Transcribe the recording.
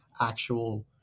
actual